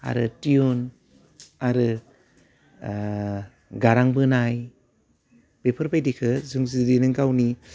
आरो टिउन आरो ओह गारां बोनाय बेफोरबायदिखो जों जुदि नों गावनि